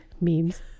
memes